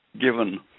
given